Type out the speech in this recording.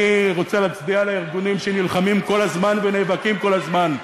אני רוצה להצביע על הארגונים שנלחמים כל הזמן ונאבקים כל הזמן,